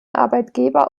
arbeitgeber